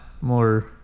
more